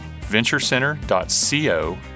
venturecenter.co